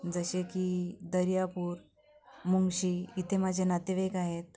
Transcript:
जसे की दर्यापूर मुंगशी इथे माझे नातेवाईक आहेत